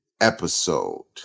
episode